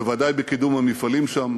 בוודאי בקידום המפעלים שם,